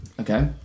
Okay